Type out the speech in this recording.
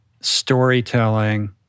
storytelling